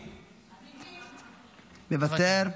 מוותר,